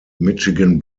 michigan